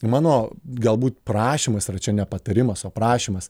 mano galbūt prašymas yra čia ne patarimas o prašymas